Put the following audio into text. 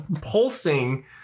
pulsing